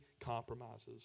compromises